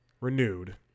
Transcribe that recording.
renewed